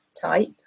type